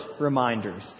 reminders